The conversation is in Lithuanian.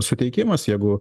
suteikimas jeigu